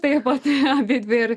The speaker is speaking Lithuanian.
taip pat abidvi ir